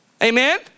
Amen